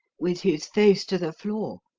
with his face to the floor,